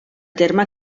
terme